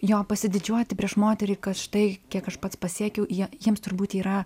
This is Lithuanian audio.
jo pasididžiuoti prieš moterį kad štai kiek aš pats pasiekiau jie jiems turbūt yra